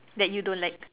that you don't like